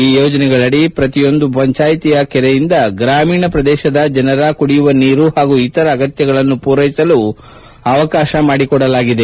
ಈ ಯೋಜನೆಗಳಡಿ ಪ್ರತಿಯೊಂದು ಪಂಚಾಯಿತಿಯ ಕೆರೆಯಿಂದ ಗ್ರಾಮೀಣ ಪ್ರದೇಶದ ಜನರ ಕುಡಿಯುವ ನೀರು ಹಾಗೂ ಇತರ ಅಗತ್ಲಗಳನ್ನು ಪೂರೈಸಲು ಅವಕಾಶ ಮಾಡಿಕೊಡಲಾಗಿದೆ